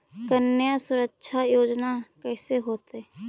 कन्या सुरक्षा योजना कैसे होतै?